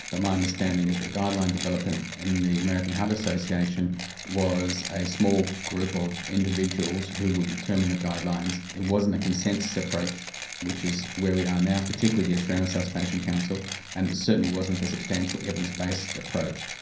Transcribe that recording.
but my understanding is that the guideline developers in the american heart association was a small group of individuals who would determine the guidelines, it wasn't a consensus approach which is where we are now, particularly the australian resuscitation council and it certainly wasn't a substantial evidence-based approach.